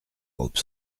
groupe